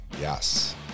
Yes